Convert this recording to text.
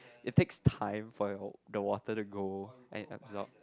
it takes time for your the water to go and absorb